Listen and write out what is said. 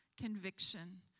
conviction